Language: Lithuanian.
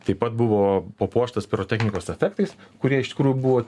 taip pat buvo papuoštas pirotechnikos efektais kurie iš tikrųjų buvo